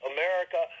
America